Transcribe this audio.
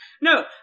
No